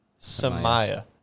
Samaya